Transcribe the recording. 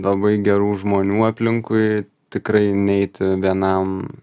labai gerų žmonių aplinkui tikrai neiti vienam